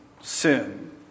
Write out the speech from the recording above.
sin